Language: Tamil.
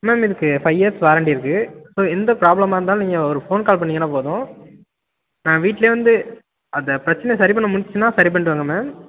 மேம் இதுக்கு ஃபைவ் இயர்ஸ் வாரண்டி இருக்கு ஸோ எந்த ப்ராப்ளமாக இருந்தாலும் நீங்கள் ஒரு ஃபோன் கால் பண்ணீங்கன்னா போதும் நாங்கள் வீட்ல வந்து அந்த பிரச்சனையை சரி பண்ண முடிஞ்சுச்சின்னா சரி பண்ணிவிடுவாங்க மேம்